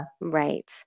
Right